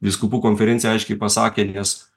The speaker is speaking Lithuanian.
vyskupų konferencija aiškiai pasakė nes